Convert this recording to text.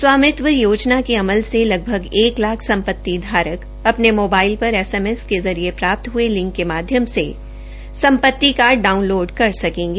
स्वामित्व योजना के अमल से लगभग एक लाख संपत्ति धारक अपने मोबाइल पर एसएमएस के जरिए प्राप्त हुए लिंक के माध्यम से संपत्ति कार्ड डाउनलोड कर सकेंगे